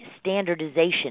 standardization